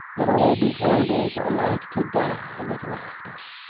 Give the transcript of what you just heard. that all beholders are like to die with laughter.